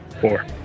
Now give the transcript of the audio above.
Four